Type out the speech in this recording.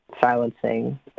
silencing